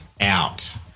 out